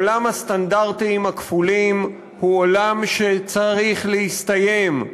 עולם הסטנדרטים הכפולים הוא עולם שצריך להסתיים.